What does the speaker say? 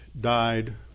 died